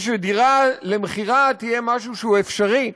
ושדירה למכירה תהיה משהו שהוא אפשרי.